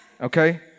Okay